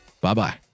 Bye-bye